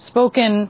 Spoken